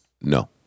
No